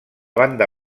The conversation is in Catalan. banda